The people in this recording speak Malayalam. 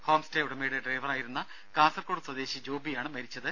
ഹോംസ്റ്റേ ഉടമയുടെ ഡ്രൈവറായിരുന്ന കാസർകോട് സ്വദേശി ജോബിയാണ് മരിച്ചത്